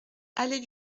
allée